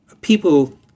people